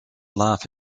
laugh